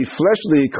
fleshly